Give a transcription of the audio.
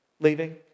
Leaving